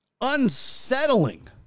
unsettling